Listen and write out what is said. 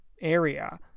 area